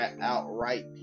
Outright